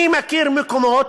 אני מכיר מקומות,